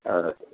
ആ